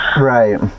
Right